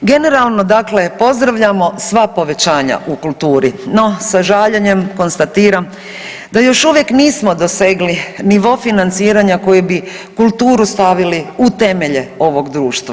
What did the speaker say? Generalno, dakle pozdravljamo sva povećanja u kulturi, no sa žaljenjem konstatiram da još uvijek nismo dosegli nivo financiranja koji bi kulturu stavili u temelje ovoga društva.